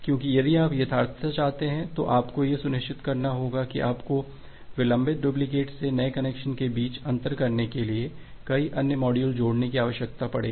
क्योंकि यदि आप यथार्थता चाहते हैं तो आपको यह सुनिश्चित करना होगा कि आपको विलंबित डुप्लिकेट से नए कनेक्शन के बीच अंतर करने के लिए कई अन्य मॉड्यूल जोड़ने की आवश्यकता होगी